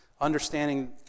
understanding